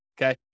okay